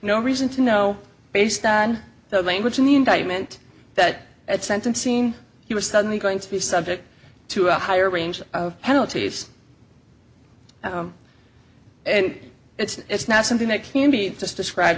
no reason to know based on the language in the indictment that at sentencing he was suddenly going to be subject to a higher range of penalties and it's not something that can be just described